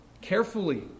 carefully